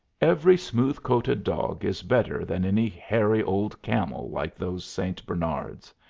every smooth-coated dog is better than any hairy old camel like those st. bernards,